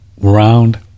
Round